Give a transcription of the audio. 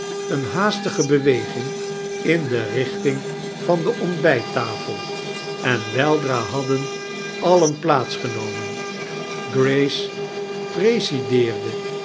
eerie haastige beweging in de richting van de ontbijttafel en weldra haddien alien plaats genomen grace presideerde